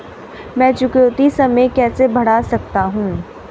मैं चुकौती समय कैसे बढ़ा सकता हूं?